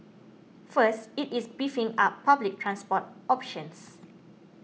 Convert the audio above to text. first it is beefing up public transport options